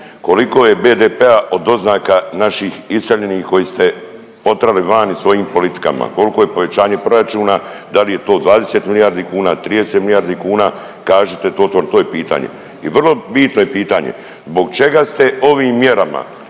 Koliko je BDP-a od doznaka naših iseljenih koje ste otirali vani svojim politikama? Koliko je povećanje proračuna? Da li je to 20 milijardi kuna, 30 milijardi kuna, kažite to to je pitanje? I vrlo bitno je pitanje zbog čega ste ovim mjerama